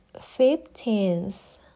fifteenth